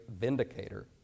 vindicator